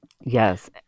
Yes